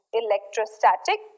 electrostatic